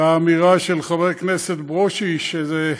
והאמירה של חבר הכנסת ברושי שזה,